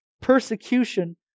persecution